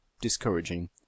discouraging